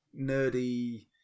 nerdy